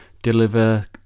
deliver